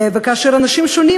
וכאשר אנשים שונים,